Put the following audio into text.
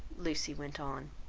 lucy went on.